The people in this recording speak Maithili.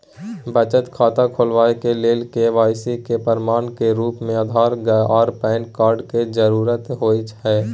बचत खाता खोलाबय के लेल के.वाइ.सी के प्रमाण के रूप में आधार आर पैन कार्ड के जरुरत होय हय